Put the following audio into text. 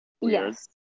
Yes